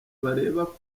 bareba